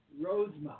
Rosemont